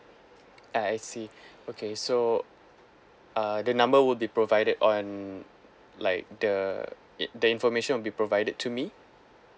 uh I see okay so uh the number will be provided on like the it the information will be provided to me